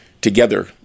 together